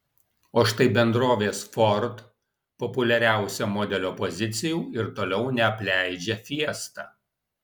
o štai bendrovės ford populiariausio modelio pozicijų ir toliau neapleidžia fiesta